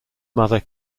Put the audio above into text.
mother